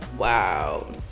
wow